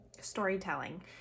storytelling